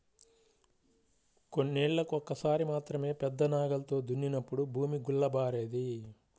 కొన్నేళ్ళకు ఒక్కసారి మాత్రమే పెద్ద నాగలితో దున్నినప్పుడు భూమి గుల్లబారేది